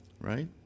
Right